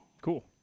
Cool